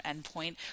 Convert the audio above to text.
endpoint